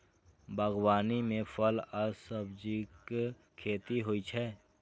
बागवानी मे फल आ सब्जीक खेती होइ छै